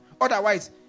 Otherwise